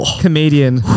comedian